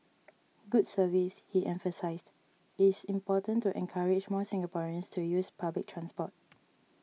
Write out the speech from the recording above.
good service he emphasised is important to encourage more Singaporeans to use public transport